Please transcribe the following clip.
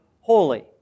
holy